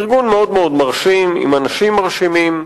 ארגון מרשים, עם אנשים מרשימים,